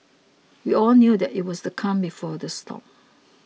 we all knew that it was the calm before the storm